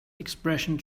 expression